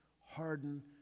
harden